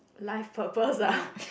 life purpose ah